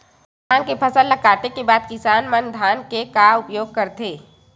धान के फसल ला काटे के बाद किसान मन धान के का उपयोग करथे?